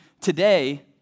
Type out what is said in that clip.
today